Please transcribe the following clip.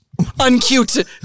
Uncute